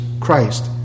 Christ